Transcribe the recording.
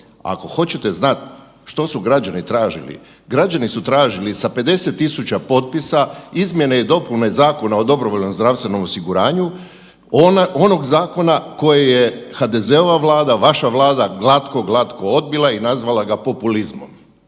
Ako hoćete znat što su građani tražili, građani su tražili sa 50 000 potpisa izmjene i dopune Zakona o dobrovoljnom zdravstvenom osiguranju, onog zakona koji je HDZ-ova Vlada, vaša Vlada, glatko, glatko odbila i nazvala ga populizmom.